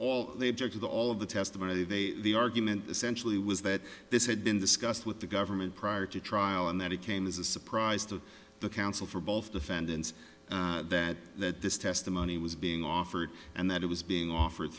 all they objected all of the testimony they the argument essentially was that this had been discussed with the government prior to trial and that it came as a surprise to the counsel for both defendants that that this testimony was being offered and that it was being offered